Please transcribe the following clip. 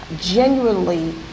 genuinely